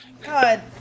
God